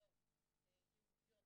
תוכניות ייעודיות